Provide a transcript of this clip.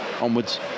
onwards